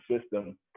system